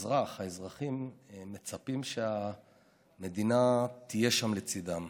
האזרחים מצפים שהמדינה תהיה שם לצידם,